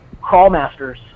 Crawlmasters